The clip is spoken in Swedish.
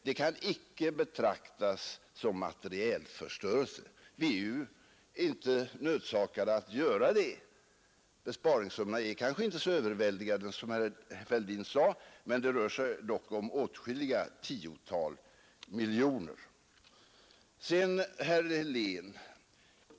Det kan icke betraktas som materielförstörelse. Vi är ju inte nödsakade att göra så. Besparingssummorna är kanske inte så överväldigande som herr Fälldin sade, men det rör sig dock om åtskilliga tiotal miljoner. Sedan till herr Helén!